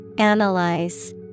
Analyze